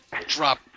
drop